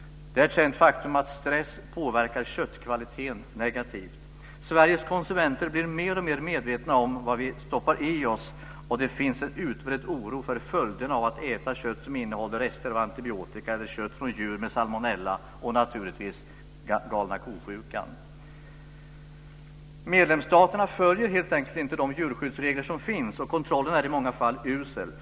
Det är ett känt faktum att stress påverkar köttkvaliteten negativt. Sveriges konsumenter blir mer och mer medvetna om vad de stoppar i sig, och det finns en utbredd oro för följderna av att äta kött som innehåller rester av antibiotika eller kött från djur med salmonella och naturligtvis galna ko-sjukan. Medlemsstaterna följer helt enkelt inte de djurskyddsregler som finns, och kontrollen är i många fall usel.